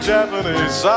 Japanese